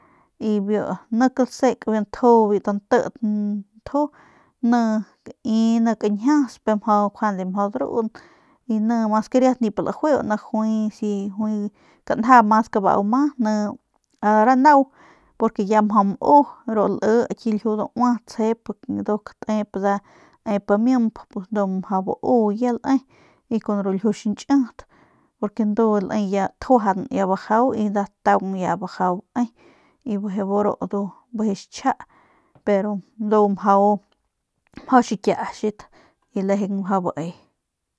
Y biu nik lasek biu tnti nju ni kai kañjias ni njuande mjau drun nimas ke nip ljuiu ni juay si kanja mas kabau ma ni juay nau porque ni ya mjau mu ru liky ljiu daua tsjep nda nep amimp ndu ya mjau bau ya le y kun ru ljiu xiñchit porque ndu ya tjuajan le ya bajau y ya nda taung ya bajau bae y bijiy bu ru ndu bijiy chja pero ndu mjau xikiachat y lejeng mjau bae.